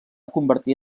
convertir